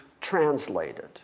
translated